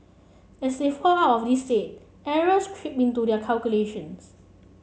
as they fall out of this state errors creep into their calculations